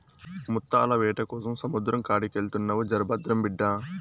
ముత్తాల వేటకోసం సముద్రం కాడికెళ్తున్నావు జర భద్రం బిడ్డా